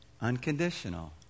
Unconditional